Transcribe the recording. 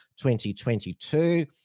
2022